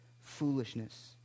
Foolishness